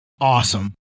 awesome